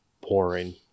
pouring